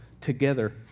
together